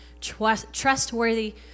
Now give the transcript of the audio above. trustworthy